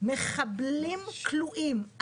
מחבלים כלואים.